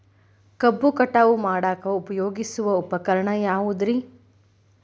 ಕಬ್ಬು ಕಟಾವು ಮಾಡಾಕ ಉಪಯೋಗಿಸುವ ಉಪಕರಣ ಯಾವುದರೇ?